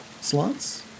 slots